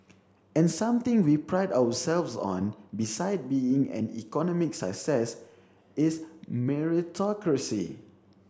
and something we pride ourselves on beside being an economic success is meritocracy